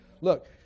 Look